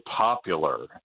popular